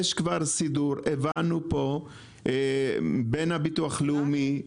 יש כבר סידור שמקובל על הביטוח הלאומי